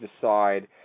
decide